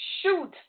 shoot